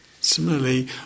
Similarly